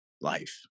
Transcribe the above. life